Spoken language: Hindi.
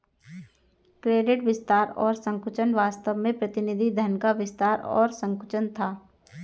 क्रेडिट विस्तार और संकुचन वास्तव में प्रतिनिधि धन का विस्तार और संकुचन था